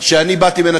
שאני באתי ממנה?